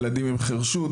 ילדים עם חרשות.